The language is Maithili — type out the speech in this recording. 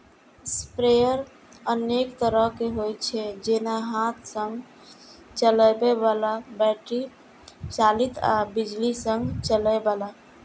स्प्रेयर अनेक तरहक होइ छै, जेना हाथ सं चलबै बला, बैटरी चालित आ बिजली सं चलै बला